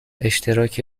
اشتراک